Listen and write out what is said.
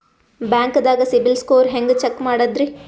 ಬ್ಯಾಂಕ್ದಾಗ ಸಿಬಿಲ್ ಸ್ಕೋರ್ ಹೆಂಗ್ ಚೆಕ್ ಮಾಡದ್ರಿ?